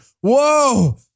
whoa